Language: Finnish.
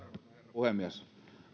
puhemies